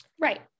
Right